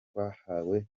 twahawe